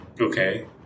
Okay